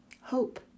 hope